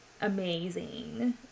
Amazing